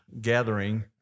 gathering